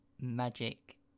Magic